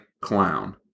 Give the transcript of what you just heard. clown